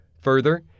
Further